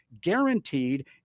guaranteed